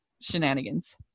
shenanigans